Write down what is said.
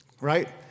right